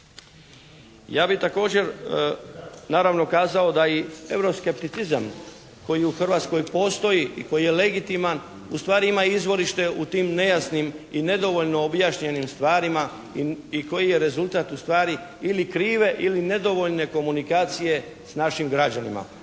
Ja bih također naravno kazao da i euro skepticizam koji u Hrvatskoj postoji i koji je legitiman ustvari ima izvorište u tim nejasnim i nedovoljno objašnjenim stvarima i koji je rezultat ustvari ili krive ili nedovoljne komunikacije s našim građanima.